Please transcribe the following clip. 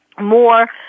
more